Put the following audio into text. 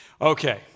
Okay